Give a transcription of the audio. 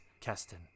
Keston